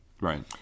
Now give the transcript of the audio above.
Right